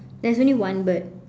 there's only one bird